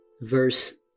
verse